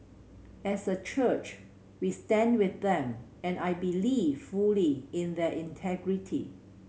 as a church we stand with them and I believe fully in their integrity